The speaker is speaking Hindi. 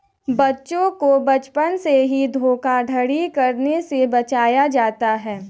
बच्चों को बचपन से ही धोखाधड़ी करने से बचाया जाता है